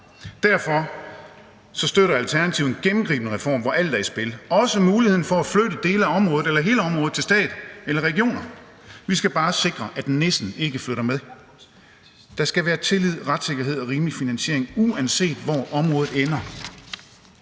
Derfor støtter Alternativet en gennemgribende reform, hvor alt er i spil, også muligheden for at flytte dele af området eller hele området til staten eller regionerne. Vi skal bare sikre, at nissen ikke flytter med. Der skal være tillid, retssikkerhed og rimelig finansiering, uanset hvor området ender.